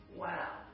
wow